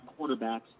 quarterbacks